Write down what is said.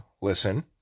listen